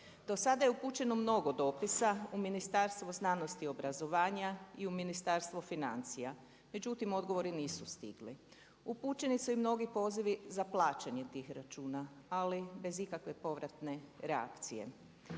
Do sada je upućeno mnogo dopisa u Ministarstvo znanosti i obrazovanja i u Ministarstvo financija, međutim odgovori nisu stigli. Upućeni su i mnogi pozivi za plaćanje tih računa, ali bez ikakve povratne reakcije.